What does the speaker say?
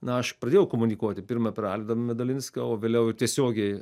na aš pradėjau komunikuoti pirma per alvydą medalinską o vėliau ir tiesiogiai